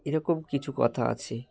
এরকম কিছু কথা আছে